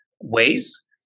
ways